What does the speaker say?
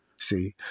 See